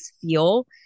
feel